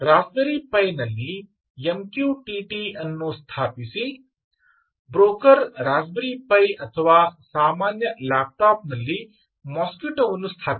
Raspberry Pi ನಲ್ಲಿ MQTT ಅನ್ನು ಸ್ಥಾಪಿಸಿ ಬ್ರೋಕರ್ ರಾಸ್ಪ್ಬೆರಿ ಪೈ ಅಥವಾ ಸಾಮಾನ್ಯ ಲ್ಯಾಪ್ಟಾಪ್ನಲ್ಲಿ ಮೊಸ್ಕಿಟೊವನ್ನು ಸ್ಥಾಪಿಸಿ